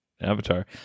avatar